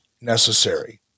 necessary